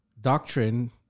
doctrine